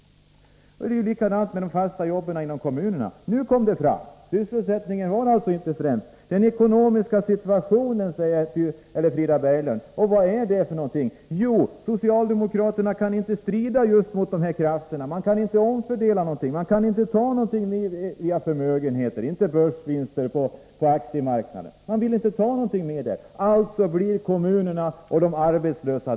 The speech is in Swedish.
Det är likadant med de fasta jobben inom kommunerna. Och nu kom det fram! Sysselsättningen sätts inte främst, utan Frida Berglund talar om den ekonomiska situationen. Vad är det? Jo, socialdemokraterna kan inte stå emot de här krafterna. De kan inte omfördela resurserna, de kan inte ta in medel via de förmögenheter som finns, de kan inte komma åt börsvinsterna på aktiemarknaden. De som drabbas blir alltså kommunerna och de arbetslösa.